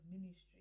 ministry